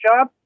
job